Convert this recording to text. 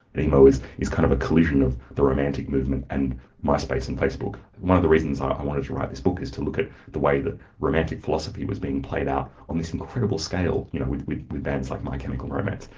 but emo is is kind of a collision of the romantic movement and my space and facebook. one of the reasons i wanted to write this book is to look at the way that romantic philosophy was being played out on this incredible scale, you know with with bands like my chemical romance,